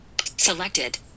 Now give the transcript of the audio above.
Selected